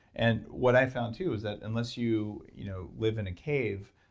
and what i found too is that unless you you know live in a cave,